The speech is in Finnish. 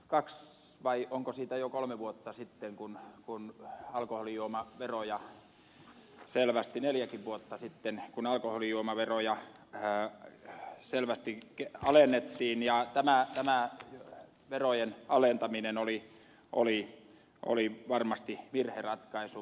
kaksi vai onko jo kolme vuotta siitä kun alkoholijuomaveroja selvästi alennettiin neljäkin vuotta sitten kun alkoholijuomaveroja selvästi alennettiin ja tämä verojen alentaminen oli varmasti virheratkaisu